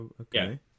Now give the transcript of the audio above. okay